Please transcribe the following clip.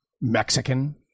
Mexican